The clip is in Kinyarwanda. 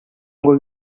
ngo